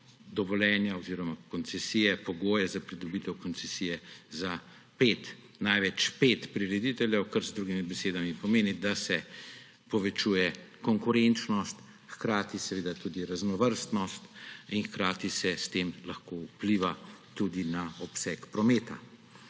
dovoljenja oziroma koncesije, pogoje za pridobitev koncesije za največ pet prirediteljev, kar z drugimi besedami pomeni, da se povečuje konkurenčnost, hkrati seveda tudi raznovrstnost in hkrati se s tem lahko vpliva tudi na obseg prometa.